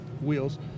wheels